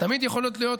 תמיד יכולות להיות,